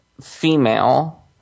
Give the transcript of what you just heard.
female